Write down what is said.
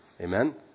Amen